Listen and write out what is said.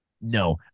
No